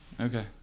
Okay